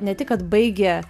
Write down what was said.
ne tik kad baigė